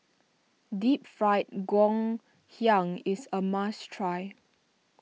Deep Fried Ngoh Hiang is a must try